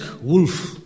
wolf